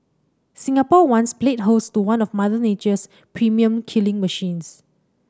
Singapore once played host to one of Mother Nature's premium killing machines